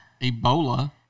Ebola